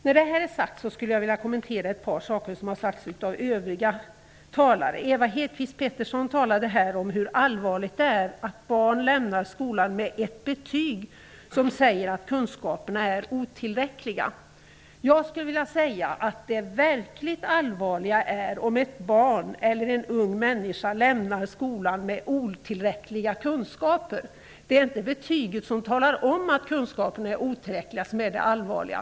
Härefter skulle jag vilja kommentera ett par saker som har sagts av övriga talare. Ewa Hedkvist Petersen talade här om hur allvarligt det är att barn lämnar skolan med ett betyg som säger att kunskaperna är otillräckliga. Jag skulle vilja säga att det verkligt allvarliga är om ett barn eller en ung människa lämnar skolan med otillräckliga kunskaper. Det är inte det betyg som talar om att kunskaperna är otillräckliga som är det allvarliga.